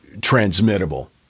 transmittable